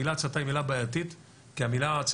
המילה 'הצתה' היא בעייתית כי המילה 'הצתה'